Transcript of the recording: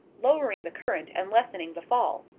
lowering the current and lessening the fall.